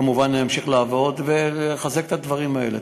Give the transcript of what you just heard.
וכמובן נמשיך לעבוד ולחזק את הדברים האלה.